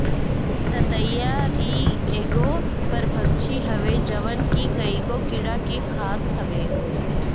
ततैया इ एगो परभक्षी हवे जवन की कईगो कीड़ा के खात हवे